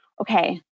okay